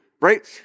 Right